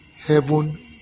heaven